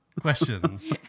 Question